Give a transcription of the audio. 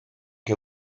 que